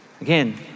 Again